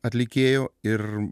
atlikėjų ir